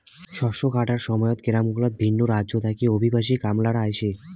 শস্য কাটার সময়ত গেরামগুলাত ভিন রাজ্যত থাকি অভিবাসী কামলারা আইসে